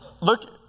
look